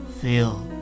Feel